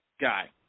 guy